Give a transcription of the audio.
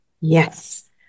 yes